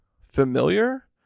familiar